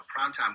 primetime